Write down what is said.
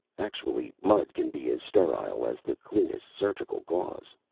actually, mud can be as sterile as the cleanest surgical gauze.